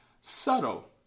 Subtle